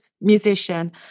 musician